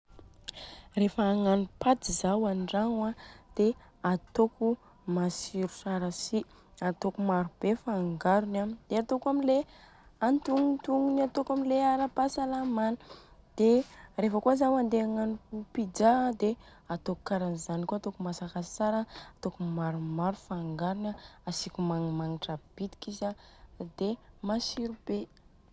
Rehefa agnano paty zaho an-dragno an dia atôko matsiro tsara si, atôko maro be fangarony an dia atôko am le antognontognony atôko amin'le ara-pahasalamana an. Dia revakôa zao handeha agnano pizza an dia atôko karanzany kôa, atôko masaka tsara an, atôko maromaro fangarony an, asiko magnimagnitra bitika izy an dia matsiro be.